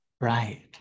Right